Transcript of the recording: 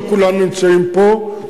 לא כולם נמצאים פה,